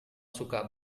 suka